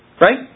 Right